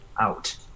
out